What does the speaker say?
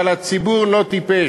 אבל הציבור לא טיפש,